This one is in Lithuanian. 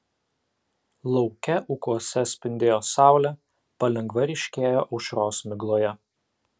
lauke ūkuose spindėjo saulė palengva ryškėjo aušros migloje